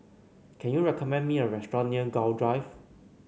can you recommend me a restaurant near Gul Drive